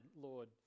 Lord